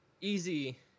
easy